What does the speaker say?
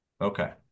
Okay